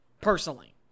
personally